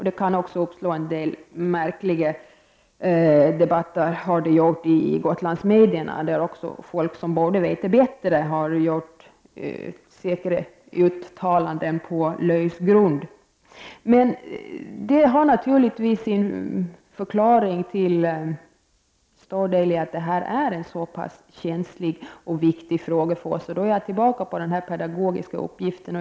Det har också uppstått en del märkliga debatter i Gotlandsmedierna, där folk som borde veta bättre har gjort säkra uttalanden på lös grund. Detta har naturligtvis till stor del sin förklaring i att det här är en så pass känslig och viktig fråga. Då är jag tillbaka i den pedagogiska uppgiften.